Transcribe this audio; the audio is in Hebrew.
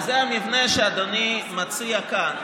המבנה שאדוני מציע כאן.